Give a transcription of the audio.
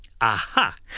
Aha